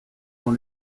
dans